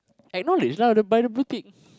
acknowledged lah by the blue tick